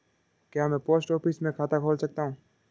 क्या मैं post office में खाता खोल सकता हूँ?